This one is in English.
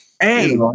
hey